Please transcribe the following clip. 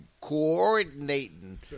coordinating